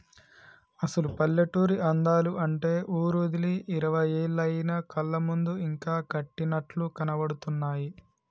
అసలు పల్లెటూరి అందాలు అంటే ఊరోదిలి ఇరవై ఏళ్లయినా కళ్ళ ముందు ఇంకా కట్టినట్లు కనబడుతున్నాయి